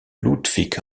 ludwig